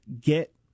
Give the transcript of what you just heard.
get